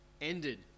ended